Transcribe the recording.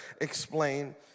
explain